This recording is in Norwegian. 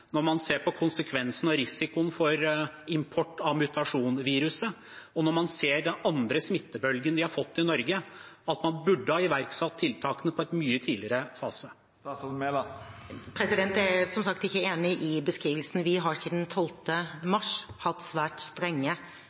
når man ser konsekvensen og risikoen for import av mutasjonsviruset, og når man ser den andre smittebølgen vi har fått i Norge – at man burde ha iverksatt tiltakene i en mye tidligere fase? Jeg er som sagt ikke enig i beskrivelsen. Vi har siden 16. mars hatt svært strenge